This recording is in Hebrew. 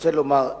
רוצה לומר,